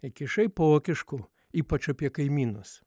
iki šaipokiškų ypač apie kaimynus